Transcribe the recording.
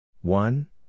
One